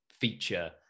feature